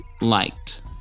liked